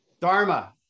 dharma